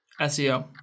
SEO